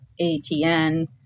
ATN